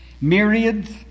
Myriads